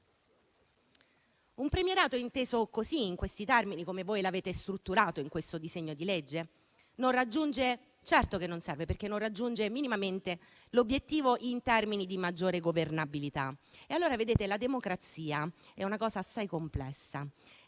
Un premierato inteso in questi termini, come voi l'avete strutturato in questo disegno di legge, certo che non serve, perché non raggiunge minimamente l'obiettivo in termini di maggiore governabilità. E allora, vedete, la democrazia è una cosa assai complessa: